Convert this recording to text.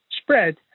spread